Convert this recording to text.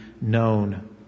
known